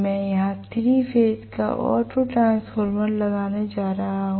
मैं यहां 3 फेज का ऑटो ट्रांसफॉर्मर लगाने जा रहा हूं